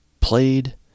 played